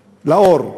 לאור,